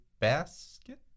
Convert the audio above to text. basket